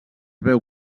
veu